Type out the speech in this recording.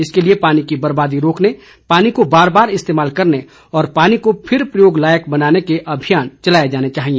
इसके लिए पानी की बर्बादी रोकने पानी को बार बार इस्तेमाल करने और पानी को फिर प्रयोग लायक बनाने के अभियान चलाये जाने चाहिए